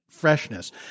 freshness